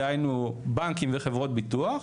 דהיינו בנקים וחברות ביטוח,